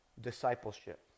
discipleship